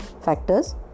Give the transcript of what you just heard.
factors